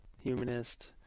humanist